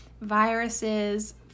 viruses